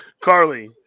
Carly